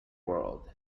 world